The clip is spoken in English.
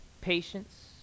patience